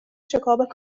چکاپ